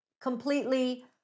completely